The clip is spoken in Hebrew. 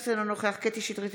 נוכח מירי מרים רגב,